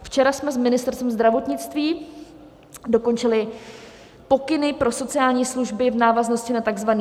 Včera jsme s Ministerstvem zdravotnictví dokončili pokyny pro sociální služby v návaznosti na tzv. semafor.